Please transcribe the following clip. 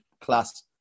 class